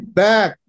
back